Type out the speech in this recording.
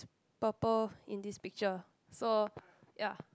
purple in this picture so ya